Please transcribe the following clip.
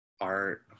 art